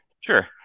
Sure